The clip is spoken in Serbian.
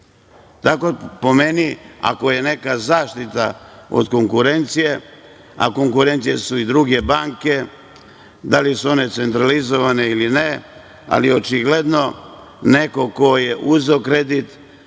Po meni ako je neka zaštita od konkurencije, a konkurencije su i druge banke, da li su one centralizovane ili ne, ali očigledno, neko ko je uzeo kredit